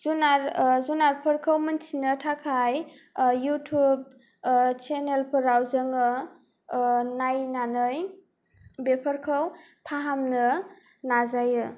जुनार जुनारफोरखौ मिन्थिनो थाखाय इउटुब चेनेलफोराव जोङो नायनानै बेफोरखौ फाहामनो नाजायो